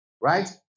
right